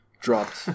dropped